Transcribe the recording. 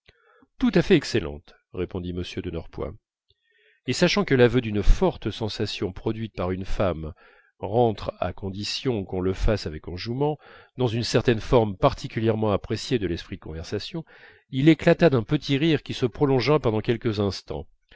tout à fait excellente répondit m de norpois et sachant que l'aveu d'une forte sensation produite par une femme rentre à condition qu'on le fasse avec enjouement dans une certaine forme particulièrement appréciée de l'esprit de conversation il éclata d'un petit rire qui se prolongea pendant quelques instants